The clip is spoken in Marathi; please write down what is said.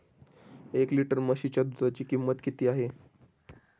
एक लिटर म्हशीच्या दुधाची किंमत किती आहे?